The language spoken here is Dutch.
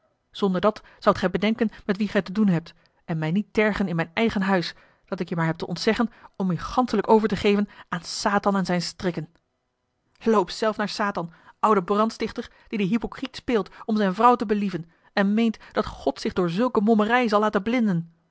zonderdat zoudt gij bedenken met wien gij te doen hebt en mij niet tergen in mijn eigen huis dat ik je maar heb te ontzeggen om u ganschelijk over te geven aan satan en zijne strikken loop zelf naar satan oude brandstichter die den hypocriet speelt om zijne vrouw te believen en meent dat god zich door zulke mommerij zal laten blinden